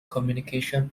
communication